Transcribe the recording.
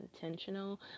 intentional